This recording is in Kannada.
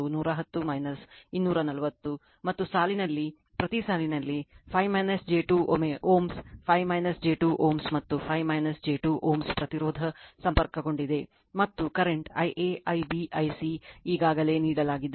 ಮತ್ತು ಸಾಲಿನಲ್ಲಿ ಪ್ರತಿ ಸಾಲಿನಲ್ಲಿ 5 j 2 Ω 5 j 2 Ω ಮತ್ತು 5 j 2 Ω ಪ್ರತಿರೋಧ ಸಂಪರ್ಕಗೊಂಡಿದೆ ಮತ್ತು current Ia Ib I c ಈಗಾಗಲೇ ನೀಡಲಾಗಿದೆ